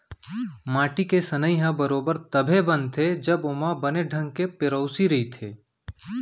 माटी के सनई ह बरोबर तभे बनथे जब ओमा बने ढंग के पेरौसी रइथे